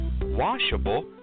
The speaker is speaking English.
washable